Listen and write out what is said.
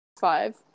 five